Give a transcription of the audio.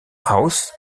house